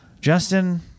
Justin